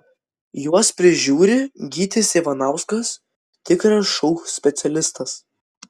juos prižiūri gytis ivanauskas tikras šou specialistas